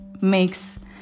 makes